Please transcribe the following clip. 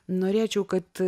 norėčiau kad